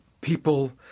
people